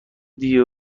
دیه